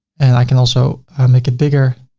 and i can also make it bigger.